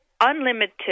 unlimited